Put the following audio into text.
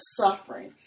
suffering